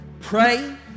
Pray